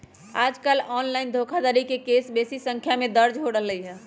याजकाल ऑनलाइन धोखाधड़ी के केस बेशी संख्या में दर्ज हो रहल हइ